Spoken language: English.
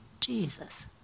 Jesus